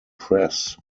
press